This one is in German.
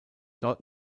dort